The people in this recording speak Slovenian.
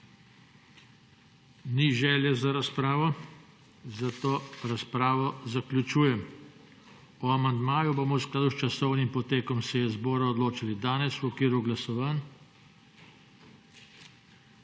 Ni želje za razpravo. Zato razpravo zaključujem. O amandmaju bomo v skladu s časovnim potekom seje zbora odločali danes v okviru glasovanj,